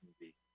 movie